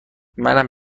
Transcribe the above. منم